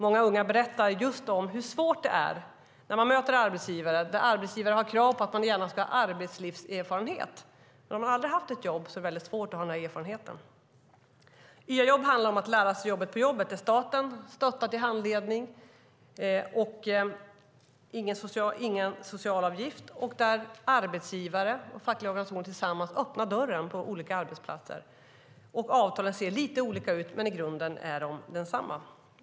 Många unga berättar om hur svårt det är när de möter arbetsgivare som har krav på arbetslivserfarenhet. Har man aldrig haft ett jobb är det svårt att ha den där erfarenheten. YA-jobb handlar om att lära sig jobbet på jobbet. Staten stöttar handledningen, och det är ingen socialavgift. Arbetsgivare och fackliga organisationer öppnar tillsammans dörren på olika arbetsplatser. Avtalen ser lite olika ut, men i grunden är de desamma.